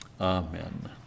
Amen